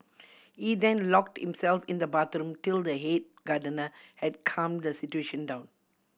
he then locked himself in the bathroom till the head gardener had calmed the situation down